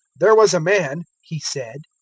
there was a man, he said,